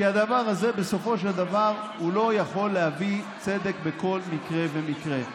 כי הדבר הזה בסופו של דבר לא יכול להביא צדק בכל מקרה ומקרה.